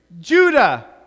Judah